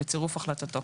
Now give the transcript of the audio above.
בצירוף החלטתו,